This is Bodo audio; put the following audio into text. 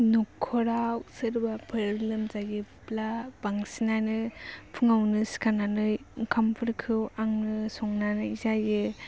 न'खराव सोरबाफोर लोमजायोब्ला बांसिनानो फुङावनो सिखारनानै ओंखामफोरखौ आंनो संनानै जायो